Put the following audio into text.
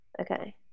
Okay